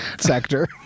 sector